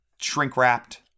shrink-wrapped